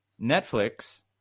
Netflix